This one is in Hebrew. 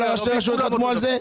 כל ראשי הרשויות חתמו על זה?